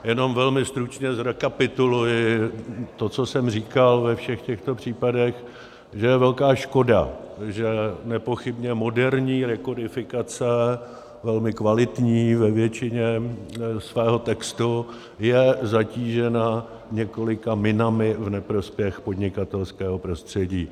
Jenom velmi stručně zrekapituluji to, co jsem říkal ve všech těchto případech, že je velká škoda, že nepochybně moderní rekodifikace, velmi kvalitní ve většině svého textu, je zatížena několika minami v neprospěch podnikatelského prostředí.